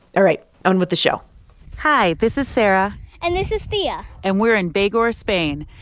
all right, on with the show hi. this is sarah and this is thea and we're in begur, spain,